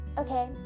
Okay